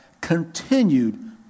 continued